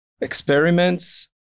experiments